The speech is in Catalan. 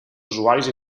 usuaris